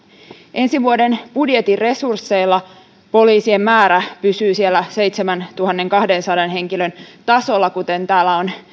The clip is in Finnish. ensi vuoden budjetin resursseilla poliisien määrä pysyy seitsemäntuhannenkahdensadan henkilön tasolla kuten täällä on